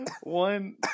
one